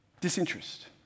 disinterest